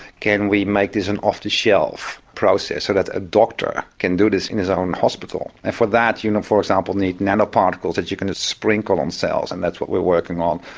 can we make this an off-the-shelf process a doctor can do this in his own hospital. and for that you, know for example, need nanoparticles that you can just sprinkle on cells, and that's what we're working on,